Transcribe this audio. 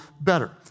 better